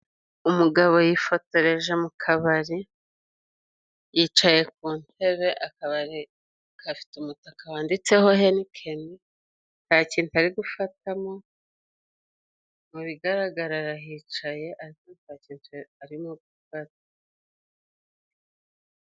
Umugabo yifotoreje mu kabari yicaye ku ntebe, akabari gafite umutaka wanditseho henikeni nta kintu ari gufatamo, mu bigaragara arahicaye ariko nta kintu arimo gufata.